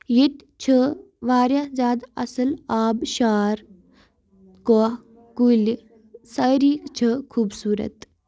ییٚتہِ چھِ واریاہ زیادٕ اَصٕل آبہٕ شار کۄہ کُلۍ سٲری چھِ خوٗبصوٗرت